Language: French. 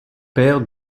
père